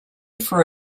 for